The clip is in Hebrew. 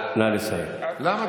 נא לסיים.